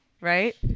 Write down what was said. right